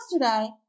yesterday